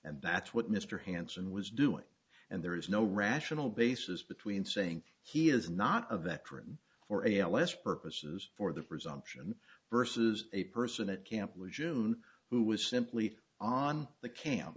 and that's what mr hanson was doing and there is no rational basis between saying he is not a veteran or a l s purposes for the presumption versus a person at camp was june who was simply on the camp